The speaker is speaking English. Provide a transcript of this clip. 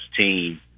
team